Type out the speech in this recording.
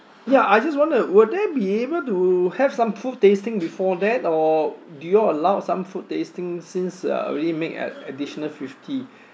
ya I just wonder would there be able to have some food tasting before that or do you all allow some food tasting since uh already made an additional fifty